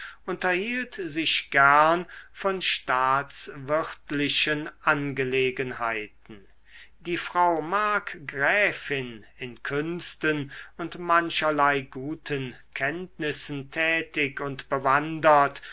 unterhielt sich gern von staatswirtlichen angelegenheiten die frau markgräfin in künsten und mancherlei guten kenntnissen tätig und bewandert